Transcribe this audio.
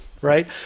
right